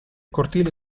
cortile